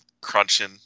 crunching